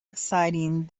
exciting